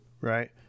right